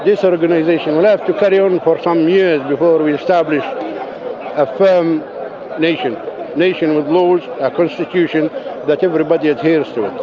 disorganisation will have to carry on for some years before we establish a firm nation, a nation with laws, a constitution that everybody adheres to.